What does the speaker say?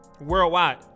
worldwide